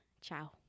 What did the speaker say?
Ciao